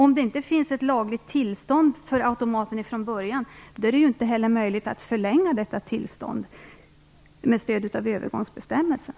Om det inte finns ett lagligt tillstånd för automaten från början är det inte heller möjligt att förlänga detta tillstånd med stöd av övergångsbestämmelserna.